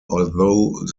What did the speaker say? although